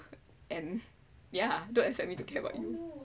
and ya don't expect me to care about you